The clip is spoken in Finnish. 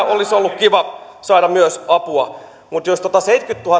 olisi ollut kiva saada myös apua mutta jos seitsemänkymmentätuhatta